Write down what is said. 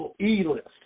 e-list